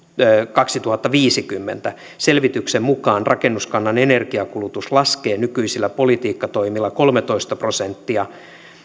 kaksituhattaviisikymmentä selvityksen mukaan rakennuskannan energiankulutus laskee nykyisillä politiikkatoimilla kolmetoista prosenttia